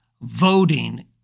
voting